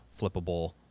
flippable